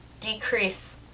decrease